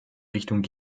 richtung